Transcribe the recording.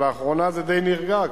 ולאחרונה זה די נרגע.